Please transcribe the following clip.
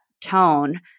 tone